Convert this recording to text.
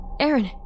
Aaron